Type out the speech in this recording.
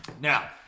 Now